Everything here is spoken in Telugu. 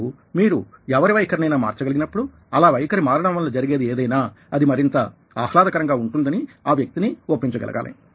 ఇప్పుడు మీరు ఎవరి వైఖరినైనా మార్చగలిగినప్పుడు అలా వైఖరి మారడం వలన జరిగేది ఏదయినా అది మరింత ఆహ్లాదకరంగా వుంటుందని ఆ వ్యక్తిని ఒప్పించగలగాలి